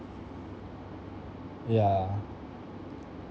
yeah